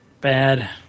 Bad